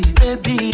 baby